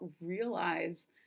realize